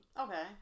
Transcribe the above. Okay